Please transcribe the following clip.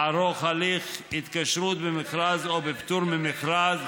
לערוך הליך התקשרות במכרז או בפטור ממכרז,